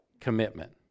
commitment